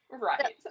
Right